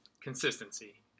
consistency